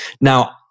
now